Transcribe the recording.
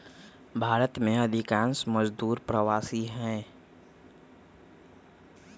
भारत में अधिकांश मजदूर प्रवासी हई